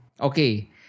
okay